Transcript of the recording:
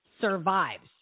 survives